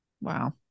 Wow